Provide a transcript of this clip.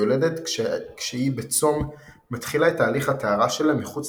היולדת כשהיא בצום מתחילה את תהליך הטהרה שלה מחוץ